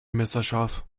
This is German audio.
messerscharf